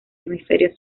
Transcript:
hemisferio